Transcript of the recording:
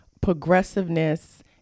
progressiveness